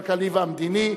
הכלכלי והמדיני.